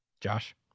Josh